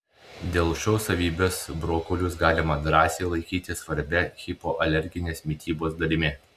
dėl šios savybės brokolius galima drąsiai laikyti svarbia hipoalerginės mitybos dalimi